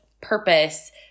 purpose